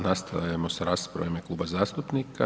Nastavljamo s raspravama u ime kluba zastupnika.